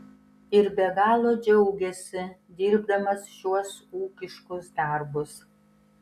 ir be galo džiaugiasi dirbdamas šiuos ūkiškus darbus